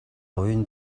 уян